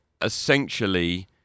essentially